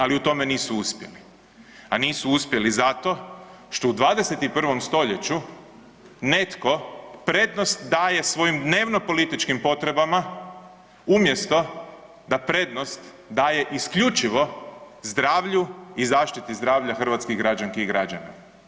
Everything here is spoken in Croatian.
Ali u tome nisu uspjeli, a nisu uspjeli zato što u 21. stoljeću netko prednost daje svojim dnevno političkim potrebama umjesto da prednost daje isključivo zdravlju i zaštiti zdravlja hrvatskih građanki i građana.